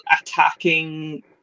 attacking